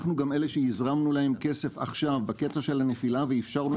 אנחנו גם אלה שהזרמנו להם כסף עכשיו בקטע של הנפילה ואפשרנו